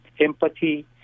Empathy